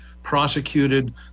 prosecuted